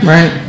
Right